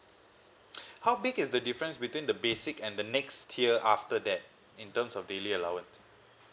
how big is the difference between the basic and the next tier after that in terms of daily allowance